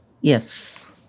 Yes